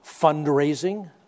fundraising